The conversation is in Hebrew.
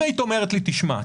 אם היית אומרת לי: תשמע,